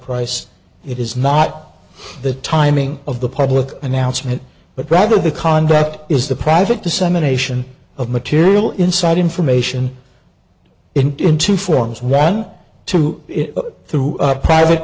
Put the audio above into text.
price it is not the timing of the public announcement but rather the contract is the private dissemination of material inside information it in two forms one to through a private